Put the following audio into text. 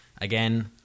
Again